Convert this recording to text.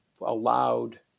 allowed